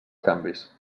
canvis